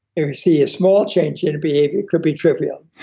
if you see a small change in behavior it could be trivial,